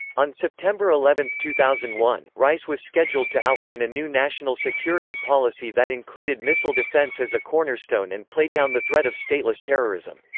on september eleven, two thousand and one, rice was scheduled to outline a new national security policy that included missile defense as a cornerstone and played down the threat of stateless terrorism.